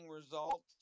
results